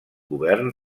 govern